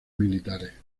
militares